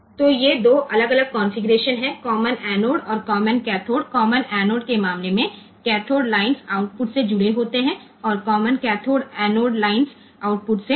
તેથી આ 2 અલગ અલગ કન્ફિગ્યુરેશન કોમન એનોડ અને કોમન કેથોડ છે અને કોમન એનોડના કિસ્સામાં કેથોડ લાઇન્સ આઉટપુટ સાથે જોડાયેલ હોય છે અને કોમન કેથોડ ના કિસ્સામાં એનોડ લાઇન્સ આઉટપુટ સાથે જોડાયેલ હોય છે